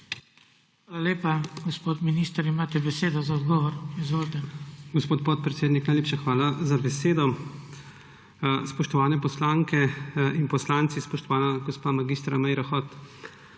Hvala lepa. Gospod minister, imate besedo za odgovor. Izvolite. JANEZ POKLUKAR: Gospod podpredsednik, najlepša hvala za besedo. Spoštovane poslanke in poslanci, spoštovana gospa mag. Meira Hot!